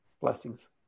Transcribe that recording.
Blessings